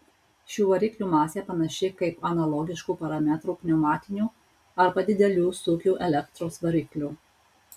šių variklių masė panaši kaip analogiškų parametrų pneumatinių arba didelių sūkių elektros variklių